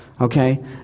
Okay